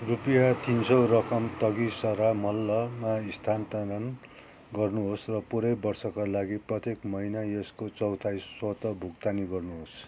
रुपिँया तिन सौ रकम तगिसरा मल्लमा स्थानान्तरण गर्नुहोस् र पुरै वर्षका लागि प्रत्येक महिना यसको चौथाइ स्वत भुक्तानी गर्नुहोस्